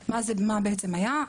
מה היה?